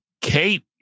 Kate